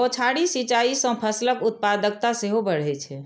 बौछारी सिंचाइ सं फसलक उत्पादकता सेहो बढ़ै छै